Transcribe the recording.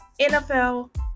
nfl